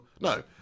No